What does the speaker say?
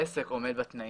העסק עומד בתנאים,